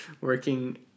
working